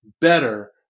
better